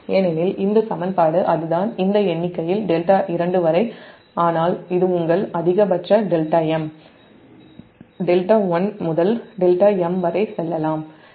ஏனெனில் இந்த சமன்பாடு இந்த எண்ணிக்கையில் δ2 வரை ஆனால் இது உங்கள் அதிகபட்ச δm δ1 முதல் δm வரை செல்லலாம்